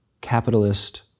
capitalist